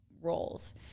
roles